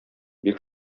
бик